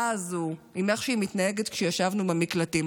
הזו עם איך שהיא מתנהגת כשישבנו במקלטים,